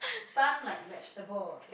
stunt like vegetable